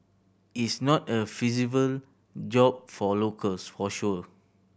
is not a feasible job for locals for sure